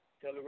tell